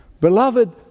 Beloved